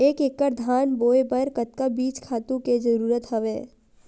एक एकड़ धान बोय बर कतका बीज खातु के जरूरत हवय?